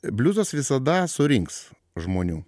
bliuzas visada surinks žmonių